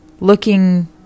looking